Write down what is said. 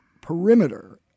perimeter